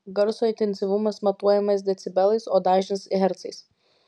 garso intensyvumas matuojamas decibelais o dažnis hercais